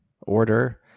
order